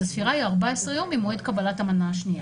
אז הספירה היא 14 יום ממועד קבלת המנה השנייה.